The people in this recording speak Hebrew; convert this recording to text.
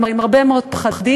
עם הרבה מאוד פחדים.